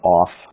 off